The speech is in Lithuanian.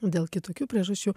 dėl kitokių priežasčių